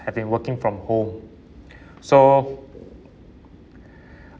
have been working from home so